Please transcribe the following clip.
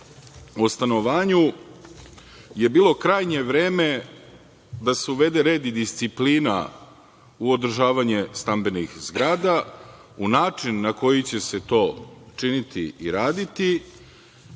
o stanovanju je bilo krajnje vreme da se uvede red i disciplina u održavanje stambenih zgrada. U način na koji će se to činiti i raditi,